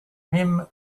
mime